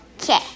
Okay